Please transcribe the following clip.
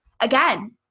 again